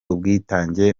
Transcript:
ubwitange